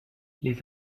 les